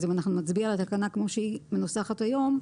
אז אם נצביע על התקנה כמו שהיא מנוסחת היום,